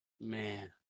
Man